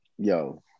Yo